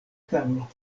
tablo